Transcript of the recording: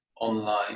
online